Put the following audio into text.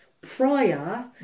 prior